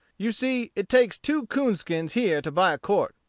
you see it takes two coonskins here to buy a quart.